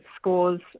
scores